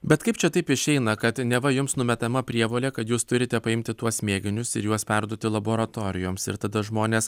bet kaip čia taip išeina kad neva jums numetama prievolė kad jūs turite paimti tuos mėginius ir juos perduoti laboratorijoms ir tada žmonės